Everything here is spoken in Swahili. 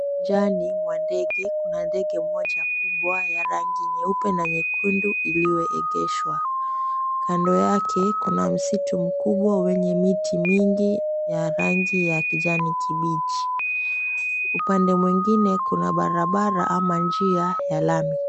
Uwanjani mwa ndege kuna ndege moja kubwa ya rangi nyeupe na nyekundu iliyoegeshwa. Kando yake kuna msitu mkubwa wenye miti mingi ya rangi ya kijani kibichi. Upande mwingine kuna barabara ya ama njia ya lami.